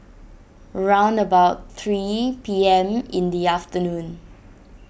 round about three P M in the afternoon